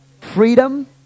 Freedom